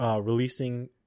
releasing